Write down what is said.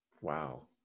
Wow